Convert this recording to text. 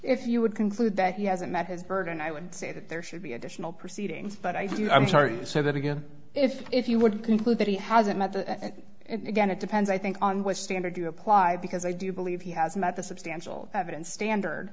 if you would conclude that he hasn't met his burden i would say that there should be additional proceedings but i do i'm sorry say that again if if you would conclude that he hasn't met the and again it depends i think on what standard you apply because i do believe he has met the substantial evidence standard